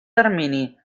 termini